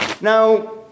Now